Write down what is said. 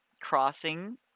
Crossing